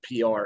PR